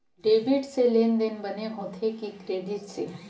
Debit से लेनदेन बने होथे कि क्रेडिट से?